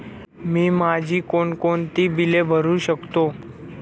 मी माझी कोणकोणती बिले भरू शकतो?